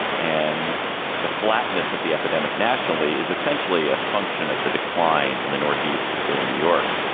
and the flatness of the epidemic nationally is essentially a function of the decline in the northeast, particularly new york.